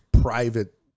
private